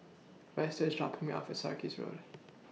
Vester IS dropping Me off At Sarkies Road